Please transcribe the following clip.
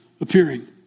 appearing